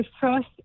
first